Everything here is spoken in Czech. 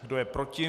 Kdo je proti?